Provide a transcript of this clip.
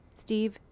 Steve